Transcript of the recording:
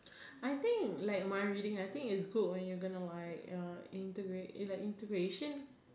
I think like my reading I think is good when your going like uh integration